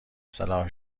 صلاح